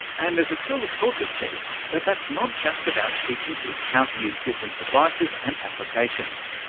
and there's a school of thought that says that that's not just about teaching kids how to use different devices and applications,